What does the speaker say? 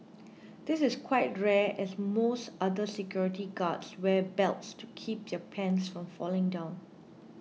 this is quite rare as most other security guards wear belts to keep their pants from falling down